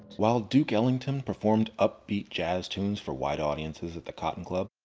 while duke ellington performed upbeat jazz tunes for white audiences at the cotton club,